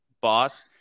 boss